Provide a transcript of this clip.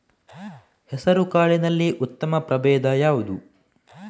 ಹೆಸರುಕಾಳಿನಲ್ಲಿ ಉತ್ತಮ ಪ್ರಭೇಧ ಯಾವುದು?